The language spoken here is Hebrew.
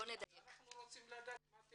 אז אנחנו רוצים לדעת מה אתם עושים.